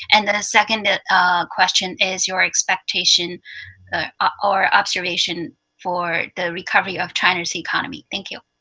and then a second question is your expectation or observation for the recovery of china's economy. thank you.